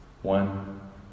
One